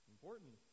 Important